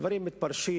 הדברים מתפרשים